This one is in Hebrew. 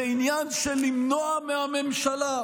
זה עניין של למנוע מהממשלה.